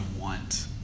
want